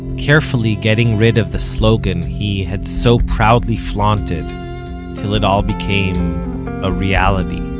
carefully getting rid of the slogan he had so proudly flaunted till it all became a reality